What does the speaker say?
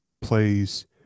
plays